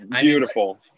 beautiful